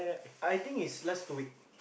I think is last two week